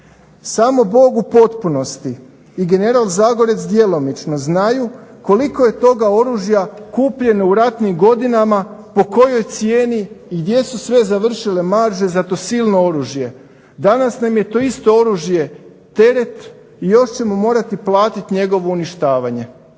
Samo Bog u potpunosti i general Zagorec djelomično znaju koliko je toga oružja kupljeno u ratnim godinama, po kojoj cijeni i gdje su sve završile marže za to silno oružje. Danas nam je to isto oružje teret i još ćemo moramo platit njegovo uništavanje.